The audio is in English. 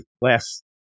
last